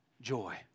joy